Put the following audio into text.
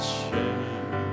shame